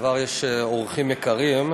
וכבר יש אורחים יקרים,